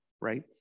right